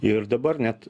ir dabar net